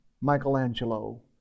Michelangelo